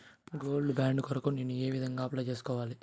Gold bond కొరకు నేను ఏ విధంగా అప్లై సేసుకోవాలి?